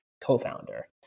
co-founder